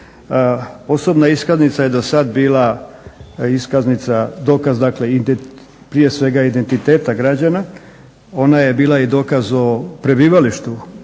Osobna iskaznica je dosad bila dokaz prije svega identiteta građana, ona je bila i dokaz o prebivalištu